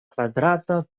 kvadrata